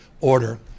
order